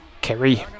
Kerry